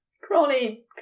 Crawley